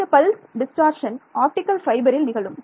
இந்த pulse distortion optical பைபரில் நிகழும்